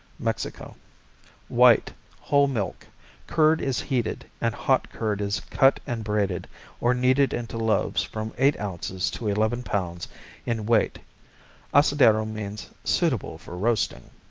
mexico white whole-milk. curd is heated, and hot curd is cut and braided or kneaded into loaves from eight ounces to eleven pounds in weight asadero means suitable for roasting.